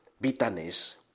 bitterness